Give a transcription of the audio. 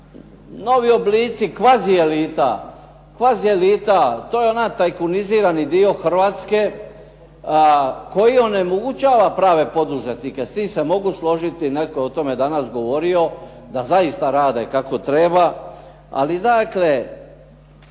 novi oblici kvazi elita, to je onaj tajkunizirani dio Hrvatske koji onemogućava prave poduzetnike. S tim se mogu složiti, netko je o tome danas govorio da zaista rade kako treba ali dakle